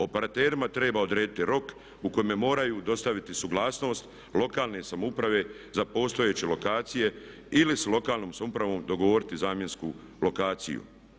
Operaterima treba odrediti rok u kojem moraju dostaviti suglasnost lokalne samouprave za postojeće lokacije ili s lokalnom se upravom dogovoriti zamjensku lokaciju.